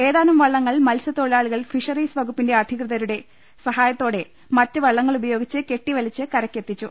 ഏതാനും വള്ളങ്ങൾ മത്സ്യത്തൊഴിലാളികൾ ഫിഷറീസ് വകുപ്പ് അധികൃതരുടെ സഹായത്തോടെ മറ്റ് വള്ളങ്ങൾ ഉപയോഗിച്ച് കെട്ടി വലിച്ച് കരക്കെത്തിച്ചു